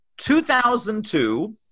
2002